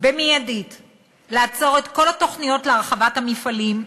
לעצור מייד את כל התוכניות להרחבת המפעלים,